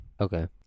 Okay